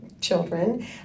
children